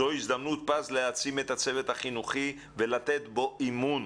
זוהי הזדמנות פז להעצים את הצוות החינוכי ולתת בו אמון.